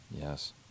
Yes